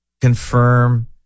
confirm